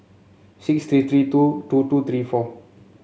six three three two two two three four